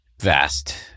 vast